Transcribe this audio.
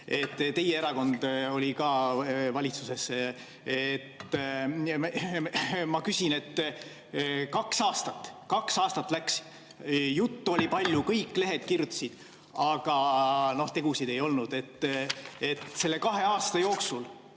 Teie erakond oli ka valitsuses. Kaks aastat läks, juttu oli palju, kõik lehed kirjutasid, aga tegusid ei olnud.